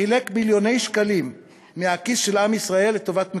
חילקת מיליוני שקלים מהכיס של עם ישראל לטובת מקורבים,